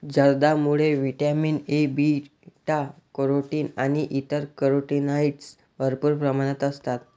जर्दाळूमध्ये vitamin A, beta carotene आणि इतर कॅरोटीनॉइड्स भरपूर प्रमाणात असतात